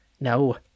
No